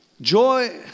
Joy